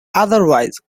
otherwise